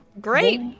Great